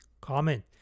Comment